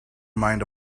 mind